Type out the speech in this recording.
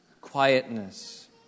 quietness